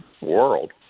world